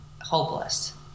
hopeless